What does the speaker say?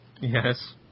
Yes